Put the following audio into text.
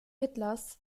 hitlers